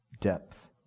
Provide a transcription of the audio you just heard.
depth